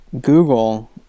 google